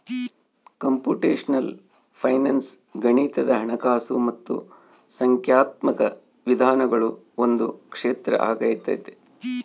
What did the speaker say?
computational finance ಗಣಿತದ ಹಣಕಾಸು ಮತ್ತು ಸಂಖ್ಯಾತ್ಮಕ ವಿಧಾನಗಳ ಒಂದು ಕ್ಷೇತ್ರ ಆಗೈತೆ